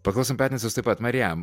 paklausom piatnicos taip pat marijam